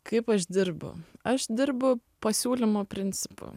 kaip aš dirbu aš dirbu pasiūlymo principu